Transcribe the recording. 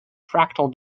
fractal